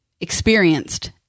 experienced